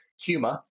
humor